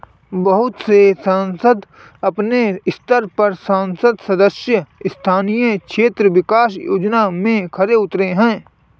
बहुत से संसद अपने स्तर पर संसद सदस्य स्थानीय क्षेत्र विकास योजना में खरे उतरे हैं